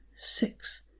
six